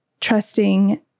trusting